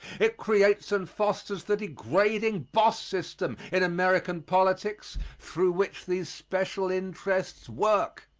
it creates and fosters the degrading boss system in american politics through which these special interests work.